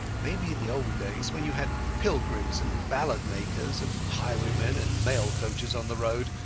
amaybe in the old days when you had pilgrims and ballad-makers and highwaymen and mail-coaches on the road.